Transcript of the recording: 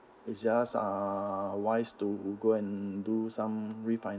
it's just uh wise to go and do some refinancing